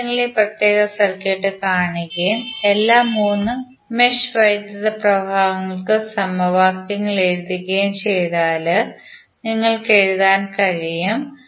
അതിനാൽ നിങ്ങൾ ഈ പ്രത്യേക സർക്യൂട്ട് കാണുകയും എല്ലാ 3 മെഷ് വൈദ്യുത പ്രവാഹങ്ങൾക്കും സമവാക്യങ്ങൾ എഴുതുകയും ചെയ്താൽ നിങ്ങൾക്ക് എഴുതാൻ കഴിയും